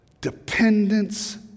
dependence